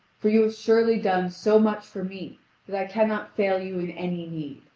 for you have surely done so much for me that i cannot fail you in any need.